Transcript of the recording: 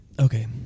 okay